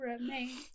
remain